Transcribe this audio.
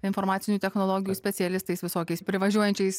informacinių technologijų specialistais visokiais privažiuojančiais